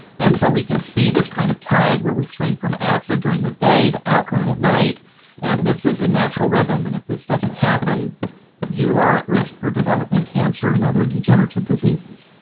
and so we can see this kind of tide where we swing from acid during the day to alkaline at night and this is a natural rhythm and if this doesn't happen you are at risk for developing cancer and other degenerative diseases.